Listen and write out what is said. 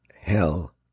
hell